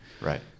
right